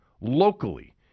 locally